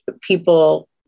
people